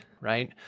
right